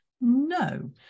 no